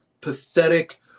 pathetic